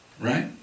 Right